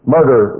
Murder